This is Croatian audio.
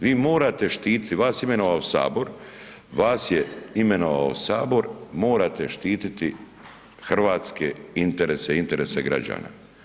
Vi morate štititi, vas je imenovao Sabor, vas je imenovao Sabor, morate štititi hrvatske interese i interese građana.